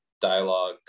dialogue